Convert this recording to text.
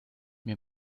mir